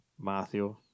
Matthew